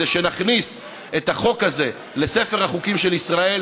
כדי שנכניס את החוק הזה לספר החוקים של ישראל